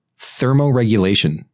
thermoregulation